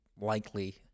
likely